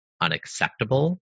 unacceptable